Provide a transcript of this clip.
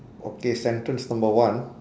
okay sentence number one